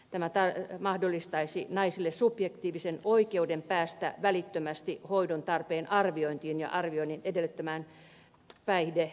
tämä mahdollistaisi naisille subjektiivisen oikeuden päästä välittömästi hoidon tarpeen arviointiin ja arvioinnin edellyttämään päihdehoitoon